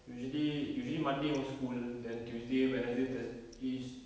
usually usually monday no school then tuesday wednesday thurs~ is